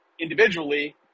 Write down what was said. individually